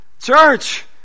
Church